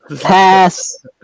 Pass